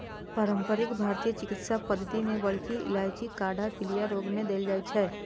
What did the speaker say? पारंपरिक भारतीय चिकित्सा पद्धति मे बड़की इलायचीक काढ़ा पीलिया रोग मे देल जाइ छै